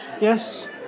yes